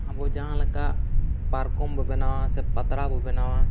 ᱟᱵᱚ ᱡᱟᱦᱟᱸ ᱞᱮᱠᱟ ᱯᱟᱨᱠᱚᱢᱵᱚ ᱵᱮᱱᱟᱣᱟ ᱥᱮ ᱯᱟᱛᱲᱟᱵᱚ ᱵᱮᱱᱟᱣᱟ